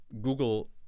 Google